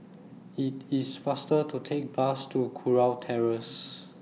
IT IS faster to Take Bus to Kurau Terrace